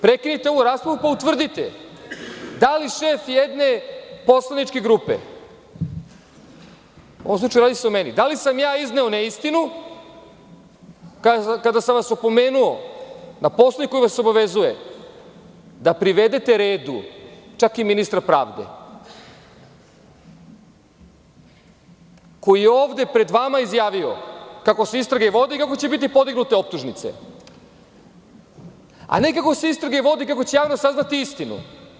Prekinite ovu raspravu pa utvrdite da li šef jedne poslaničke grupe, u ovom slučaju se radi o meni, da li sam ja izneo neistinu kada sam vas opomenuo na Poslovnik koji vas obavezuje da privedete redu čak i ministra pravde, koji je ovde pred vama izjavio kako se istrage vode i kako će biti podignute optužnice, a ne kako se istrage vode i kako će javnost saznati istinu.